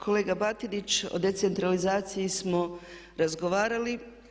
Kolega Batinić, o decentralizaciji smo razgovarali.